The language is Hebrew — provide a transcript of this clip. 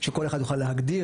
שכל אחד יוכל להגדיר.